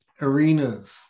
arenas